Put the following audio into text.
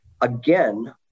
again